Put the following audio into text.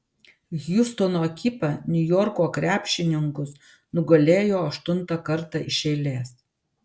hjustono ekipa niujorko krepšininkus nugalėjo aštuntą kartą iš eilės